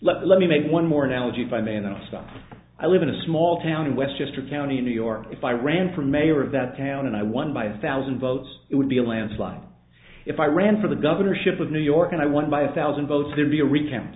let let me make one more analogy if i manage stuff i live in a small town in westchester county new york if i ran for mayor of that town and i was by the thousand votes it would be a landslide if i ran for the governorship of new york and i won by a thousand votes there'd be a recount